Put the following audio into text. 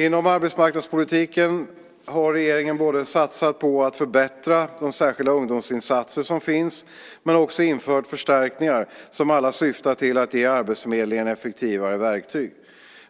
Inom arbetsmarknadspolitiken har regeringen satsat på att förbättra de särskilda ungdomsinsatser som finns men också infört förstärkningar som alla syftar till att ge arbetsförmedlingen effektivare verktyg.